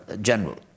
general